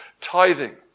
Tithing